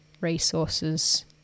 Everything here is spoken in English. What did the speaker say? resources